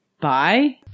Bye